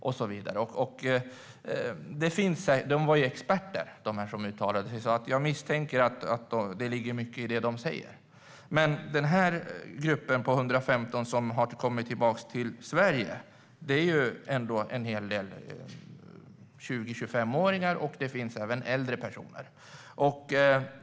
De som uttalade sig var experter, så jag misstänker att det ligger mycket i det de säger. Den grupp på 115 som har kommit tillbaka till Sverige innehåller dock en hel del 20-25-åringar, och det finns även äldre personer.